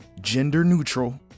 gender-neutral